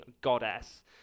goddess